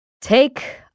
Take